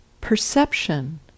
perception